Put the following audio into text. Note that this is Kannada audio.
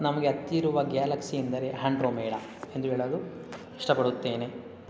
ನಮಗೆ ಹತ್ತಿರುವ ಗ್ಯಾಲಕ್ಸಿ ಎಂದರೆ ಹ್ಯಾಂಡ್ರೋಮೇಡಾ ಎಂದು ಹೇಳಲು ಇಷ್ಟಪಡುತ್ತೇನೆ